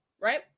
Right